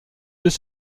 deux